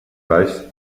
baix